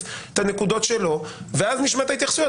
את הנקודות שלו ואז נשמע את ההתייחסות.